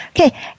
Okay